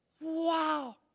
Wow